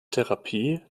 therapie